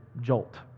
jolt